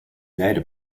later